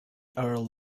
earl